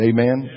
Amen